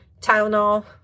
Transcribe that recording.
Tylenol